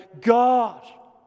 God